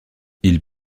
ils